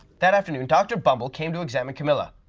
that afternoon, dr. bumble came to examine camilla.